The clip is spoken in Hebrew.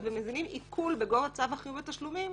ומזינים עיקול בגובה צו החיוב בתשלומים,